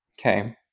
Okay